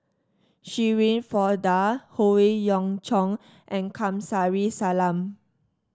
Shirin Fozdar Howe Yoon Chong and Kamsari Salam